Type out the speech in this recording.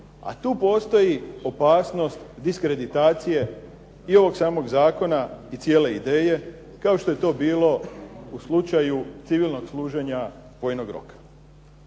a tu postoji opasnost diskreditacije i ovog samog zakona i cijele ideje kao što je to bilo u slučaju civilnog služenja vojnog roka